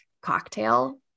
cocktail